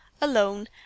alone